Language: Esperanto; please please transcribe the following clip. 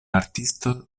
artisto